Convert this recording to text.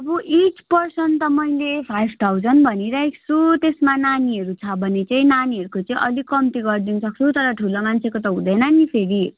अब each person त मैले फाइभ थाउजन भनी राखेको छु त्यसमा नानीहरू छ भने चाहिँ नानीहरूको चाहिँ अलिक कम्ती गरिदिनु सक्छु तर ठुलो मान्छेको त हुँदैन नि फेरि